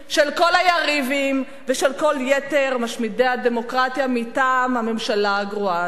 של כל היריבים ושל כל יתר משמידי הדמוקרטיה מטעם הממשלה הגרועה הזו.